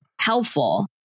helpful